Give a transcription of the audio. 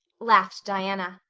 laughed diana.